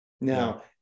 Now